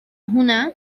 هنا